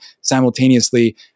simultaneously